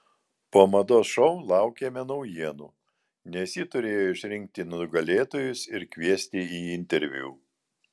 po mados šou laukėme naujienų nes ji turėjo išrinkti nugalėtojus ir kviesti į interviu